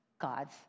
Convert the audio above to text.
God's